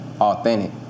authentic